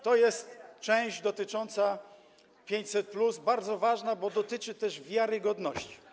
To jest część dotycząca 500+, bardzo ważna, bo dotyczy też wiarygodności.